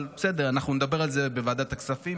אבל בסדר, אנחנו נדבר על זה בוועדת הכספים.